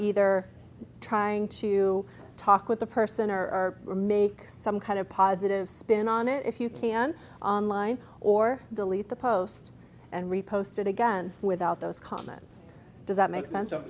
either trying to talk with the person or or make some kind of positive spin on it if you can online or delete the post and repost it again without those comments does that make sense or